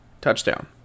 touchdown